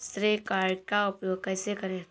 श्रेय कार्ड का उपयोग कैसे करें?